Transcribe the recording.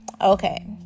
okay